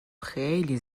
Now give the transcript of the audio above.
خیلی